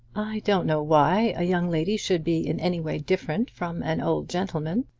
don't know why a young lady should be in any way different from an old gentleman.